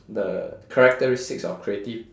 the characteristics of creative